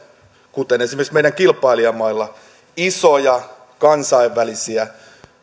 kuten esimerkiksi meidän kilpailijamaillamme isoja kansainvälisiä